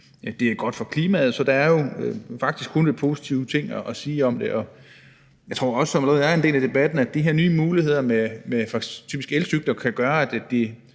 det er godt for klimaet. Så der er jo faktisk kun positive ting at sige om det. En del af debatten er, at de her nye muligheder med typisk elcykler kan gøre,